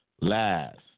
Last